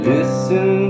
Listen